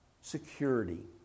Security